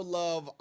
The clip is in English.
love